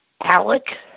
Alec